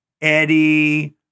Eddie